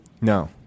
No